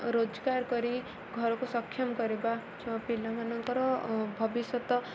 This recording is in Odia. ରୋଜଗାର କରି ଘରକୁ ସକ୍ଷମ କରିବା ଛୁଆପିଲାମାନଙ୍କର ଭବିଷ୍ୟତ